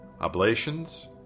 Oblations